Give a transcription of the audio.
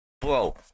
Bro